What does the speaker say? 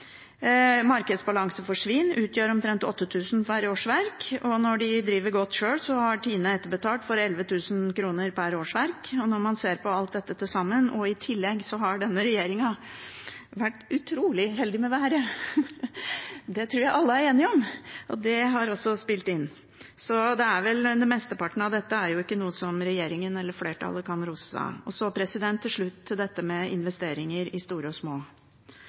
Markedsbalanse for svin utgjør omtrent 8 000 kr per årsverk, og når de driver godt sjøl, har Tine etterbetalt for 11 000 kr per årsverk – når man ser på alt dette til sammen – og i tillegg har denne regjeringen vært utrolig heldig med været, det tror jeg alle er enige om at også har spilt inn. Så mesteparten av dette er jo ikke noe som regjeringen eller flertallet kan rose seg av. Så til slutt til dette med investeringer i store og små.